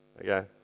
Okay